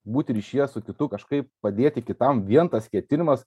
būti ryšyje su kitu kažkaip padėti kitam vien tas ketinimas